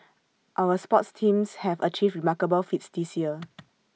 our sports teams have achieved remarkable feats this year